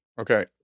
Okay